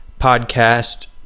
podcast